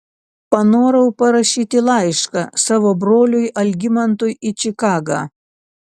panorau parašyti laišką savo broliui algimantui į čikagą